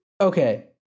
Okay